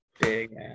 Big